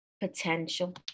potential